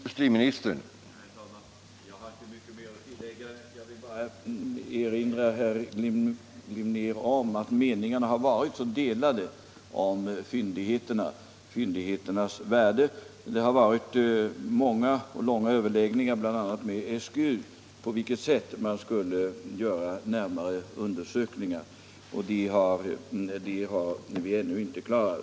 Herr talman! Jag har inte mycket mer att tillägga. Jag vill bara erinra herr Glimnér om att meningarna har varit delade om fyndigheternas värde. Många och långa överläggningar har förts, bl.a. med SGU, om på vilket sätt man skulle göra närmare undersökningar. Det har vi ännu inte klarat.